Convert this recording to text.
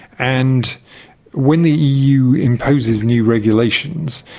and when the eu imposes new regulations,